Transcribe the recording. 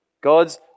God's